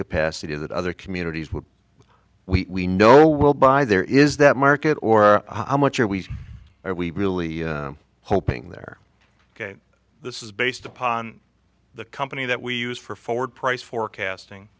capacity that other communities would we know will buy there is that market or how much are we are we really hoping they're ok this is based upon the company that we use for forward price forecasting